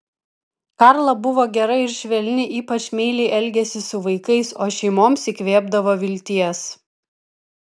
karla buvo gera ir švelni ypač meiliai elgėsi su vaikais o šeimoms įkvėpdavo vilties